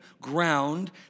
ground